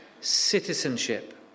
citizenship